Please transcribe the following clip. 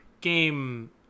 game